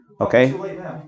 okay